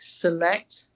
select